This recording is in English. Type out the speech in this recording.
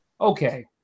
Okay